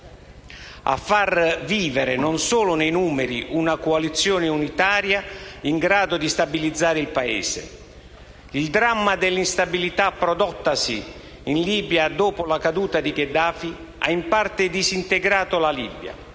a far vivere, non solo nei numeri, una coalizione unitaria in grado di stabilizzare il Paese. Il dramma dell'instabilità prodottasi in Libia dopo la caduta di Gheddafi ha in parte disintegrato la Libia.